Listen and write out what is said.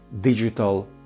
digital